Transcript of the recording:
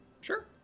Sure